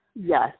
Yes